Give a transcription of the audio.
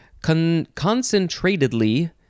Concentratedly